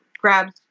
grabs